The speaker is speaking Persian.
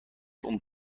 اون